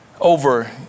Over